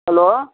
hello